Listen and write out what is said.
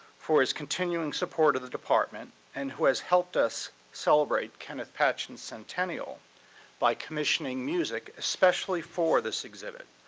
for his continuing support to the department, and who has helped us celebrate kenneth patchen's centennial by commissioning music especially for this exhibit,